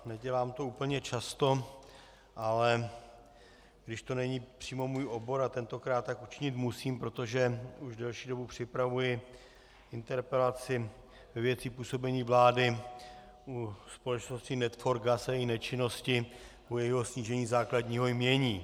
Nedělám to úplně často, když to není přímo můj obor, ale tentokrát tak učinit musím, protože už delší dobu připravuji interpelaci ve věci působení vlády u společnosti Net4Gas a její nečinnosti u jejího snížení základního jmění.